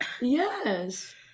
Yes